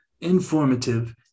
informative